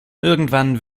irgendwann